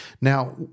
Now